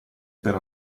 per